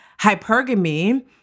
hypergamy